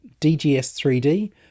DGS3D